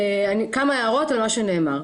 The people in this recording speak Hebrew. כמה הערות על מה שנאמר.